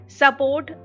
support